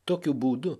tokiu būdu